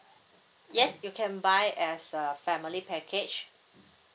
yes you can buy as a family package